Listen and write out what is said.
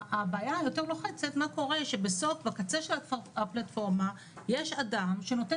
הבעיה היותר לוחצת היא מה קורה כשבקצה של הפלטפורמה יש אדם שנותן